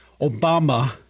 Obama